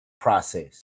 process